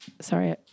sorry